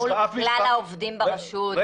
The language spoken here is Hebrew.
מול כלל העובדים ברשות,